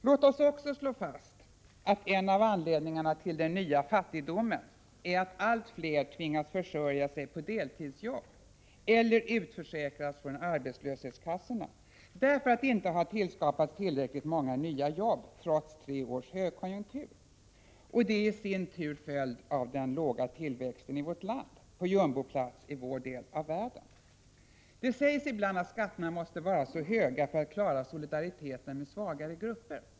Låt oss också slå fast att en av anledningarna till den nya fattigdomen är att allt fler tvingas försörja sig på deltidsjobb eller utförsäkrats från arbetslös hetskassorna, därför att det inte tillskapats tillräckligt många nya jobb trots tre års högkonjunktur. Det är i sin tur en följd av den låga tillväxten i vårt land — på jumboplats i vår del av världen. Det sägs ibland att skatterna måste vara så höga för att klara solidariteten med svagare grupper.